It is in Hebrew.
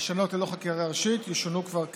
לשנות ללא חקיקה ראשית ישונו כבר כעת.